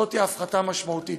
זאת הפחתה משמעותית,